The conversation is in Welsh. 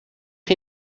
chi